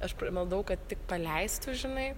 aš maldavau kad tik paleistų žinai